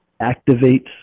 activates